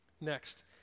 Next